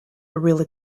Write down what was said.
really